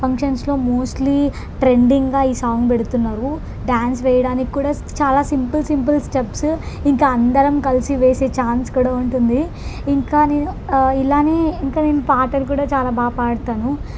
ఫంక్షన్స్లో మోస్ట్లీ ట్రెండింగ్గా ఈ సాంగ్ పెడుతున్నారు డ్యాన్స్ వేయడానికి కూడా చాలా సింపుల్ సింపుల్ స్టెప్స్ ఇంకా అందరం కలిసి వేసే ఛాన్స్ కూడా ఉంటుంది ఇంకా నేను ఇలానే ఇంకా నేను పాటలు కూడా చాలా బాగా పాడతాను